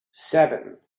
seven